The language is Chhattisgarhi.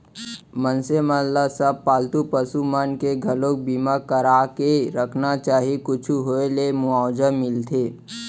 मनसे मन ल सब पालतू पसु मन के घलोक बीमा करा के रखना चाही कुछु होय ले मुवाजा मिलथे